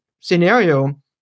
scenario